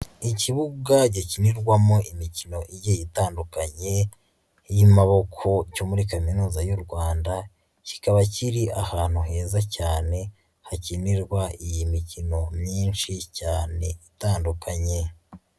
Ikibuga gikinirwamo imikino ye itandukanye y'imaboko cyo muri Kaminuza y'u Rwanda, kikaba kiri ahantu heza cyane hakinirwa iyi mikino myinshi cyane itandukanye.